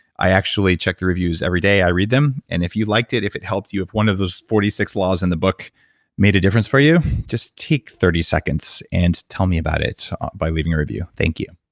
i actually check the reviews every day, i read them. and if you liked it, if it helped you, if one of those forty six laws in the book made a difference for you, just take thirty seconds and tell me about it by leaving a review. thank you.